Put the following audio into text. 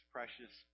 precious